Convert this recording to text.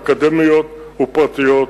אקדמיות ופרטיות,